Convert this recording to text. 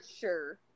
sure